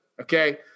okay